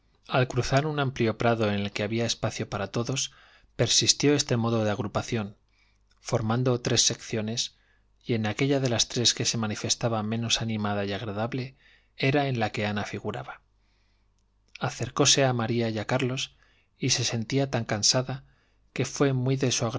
al cruzar un amplio prado en el que había espacio para todos persistió este modo de agrupación formando tres secciones y en aquella de las tres que se manifestaba menos animada y agradable era en la que ana figuraba acercóse a maría y a carlos y se sentía tan cansada que fué muy de